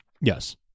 Yes